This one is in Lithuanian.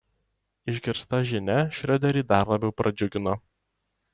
išgirsta žinia šrioderį dar labiau pradžiugino